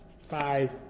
five